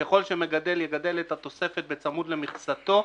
אם מגדל יגדל את התוספת בצמוד למכסתו,